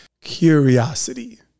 curiosity